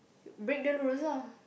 break the rules lah